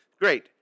Great